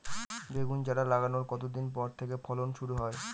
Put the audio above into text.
বেগুন চারা লাগানোর কতদিন পর থেকে ফলন শুরু হয়?